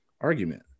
argument